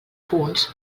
punts